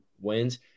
wins